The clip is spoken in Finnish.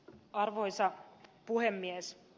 arvoisa puhemies